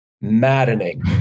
maddening